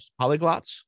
Polyglots